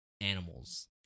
animals